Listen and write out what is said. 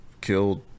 killed